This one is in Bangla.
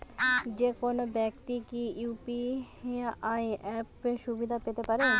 যেকোনো ব্যাক্তি কি ইউ.পি.আই অ্যাপ সুবিধা পেতে পারে?